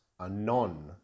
Anon